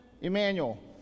Emmanuel